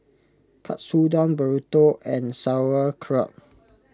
Katsudon Burrito and Sauerkraut